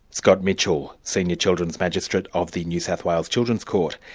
scott mitchell, senior children's magistrate of the new south wales children's court.